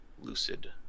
lucid